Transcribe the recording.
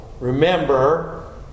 remember